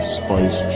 spice